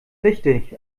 richtig